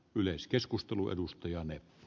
yleiskeskustelu edustajani